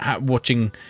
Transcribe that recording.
watching